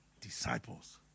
disciples